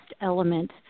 element